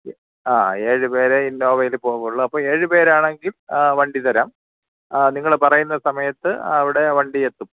ആ ഏഴ് പേരെ ഇന്നോവയിൽ പോകുള്ളൂ അപ്പോൾ ഏഴ് പേരാണെങ്കിൽ വണ്ടി തരാം ആ നിങ്ങൾ പറയുന്ന സമയത്ത് ആ അവിടെ വണ്ടി എത്തും